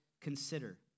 consider